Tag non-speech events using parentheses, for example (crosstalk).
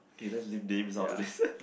okay let's leave Dave out of this (laughs)